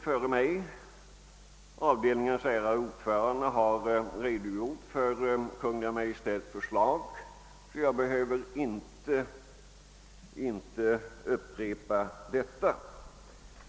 Fjärde avdelningens ärade ordförande har redogjort för Kungl. Maj:ts förslag, varför jag inte närmare behöver gå in på det.